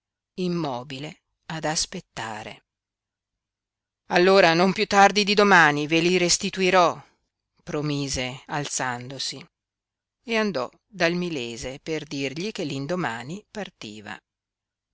immobile ad aspettare allora non piú tardi di domani ve li restituirò promise alzandosi e andò dal milese per dirgli che l'indomani partiva